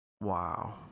Wow